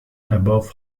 above